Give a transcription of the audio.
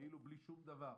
כאילו בלי שום דבר.